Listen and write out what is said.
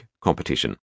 competition